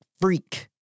freak